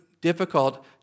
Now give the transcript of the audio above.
difficult